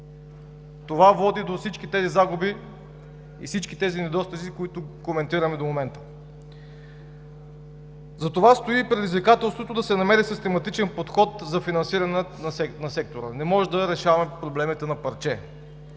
Това води до всички тези загуби и всички тези недостатъци, които коментираме до момента. Затова стои предизвикателството да се намери систематичен подход за финансиране на сектора. Не може да решаваме проблемите на парче.